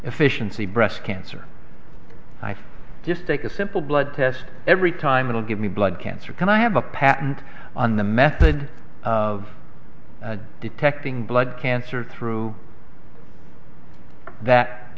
efficiency breast cancer i just take a simple blood test every time it'll give me blood cancer can i have a patent on the method of detecting blood cancer through that